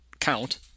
count